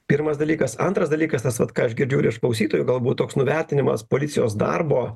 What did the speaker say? pirmas dalykas antras dalykas tas vat ką aš girdžiu ir iš klausytojų galbūt toks nuvertinimas policijos darbo